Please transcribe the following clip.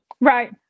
Right